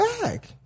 back